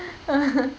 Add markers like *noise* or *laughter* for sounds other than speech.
*laughs*